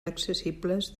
accessibles